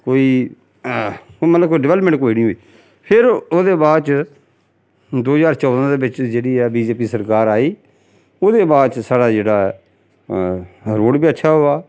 कोई मतलब कोई डवैलमैंट कोई निं होई फिर ओह्दे बाद च दो ज्हार चौदां दे बिच्च जेह्ड़ी ऐ बी जे पी सरकार आई ओह्दे बाद च साढ़ा जेह्ड़ा ऐ रोड बी अच्छा होआ